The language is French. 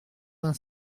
vingt